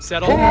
settle yeah